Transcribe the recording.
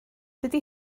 dydy